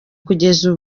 kugeza